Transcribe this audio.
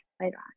later